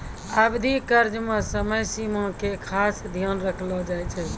अवधि कर्ज मे समय सीमा के खास ध्यान रखलो जाय छै